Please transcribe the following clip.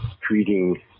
treating